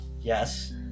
Yes